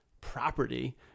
property